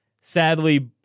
Sadly